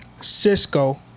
Cisco